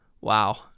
Wow